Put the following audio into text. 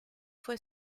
fue